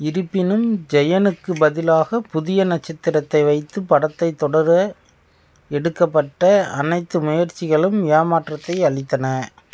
இருப்பினும் ஜெயனுக்கு பதிலாக புதிய நட்சத்திரத்தை வைத்து படத்தைத் தொடர எடுக்கப்பட்ட அனைத்து முயற்சிகளும் ஏமாற்றத்தை அளித்தன